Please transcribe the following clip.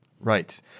Right